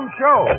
show